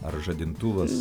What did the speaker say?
ar žadintuvas